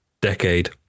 decade